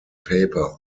paper